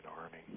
army